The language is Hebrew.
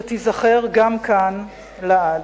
שתיזכר גם כאן לעד.